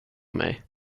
mig